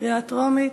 טרומית.